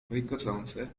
beikocące